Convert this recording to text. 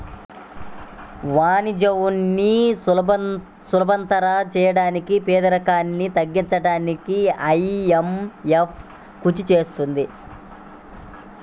వాణిజ్యాన్ని సులభతరం చేయడానికి పేదరికాన్ని తగ్గించడానికీ ఐఎంఎఫ్ కృషి చేస్తుంది